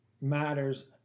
matters